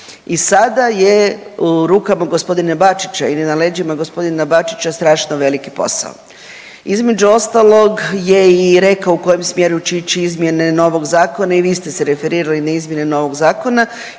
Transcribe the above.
I sada je u rukama gospodina Bačića ili na leđima gospodina Bačića strašno veliki posao. Između ostalog je i rekao u kojem smjeru će ići izmjene novog zakona i vi ste se referirali na izmjene novog zakona